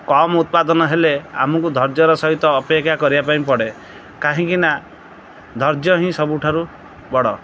କମ୍ ଉତ୍ପାଦନ ହେଲେ ଆମକୁ ଧୈର୍ଯ୍ୟର ସହିତ ଅପେକ୍ଷା କରିବା ପାଇଁ ପଡ଼େ କାହିଁକିନା ଧୈର୍ଯ୍ୟ ହିଁ ସବୁଠାରୁ ବଡ଼